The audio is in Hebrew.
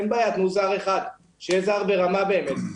אין בעיה, תנו זר אחד שיהיה זר ברמה באמת.